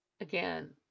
again